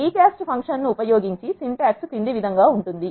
రీ caste function ఉపయోగించి syntax క్రింది విధంగా ఉంటుంది